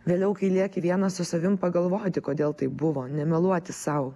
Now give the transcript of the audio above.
vėliau kai lieki vienas su savim pagalvoti kodėl taip buvo nemeluoti sau